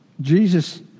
Jesus